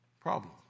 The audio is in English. problem